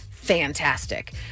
Fantastic